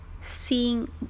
seeing